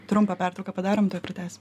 trumpą pertrauką padarom tuoj pratęsim